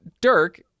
Dirk